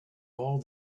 all